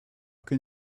can